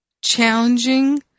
challenging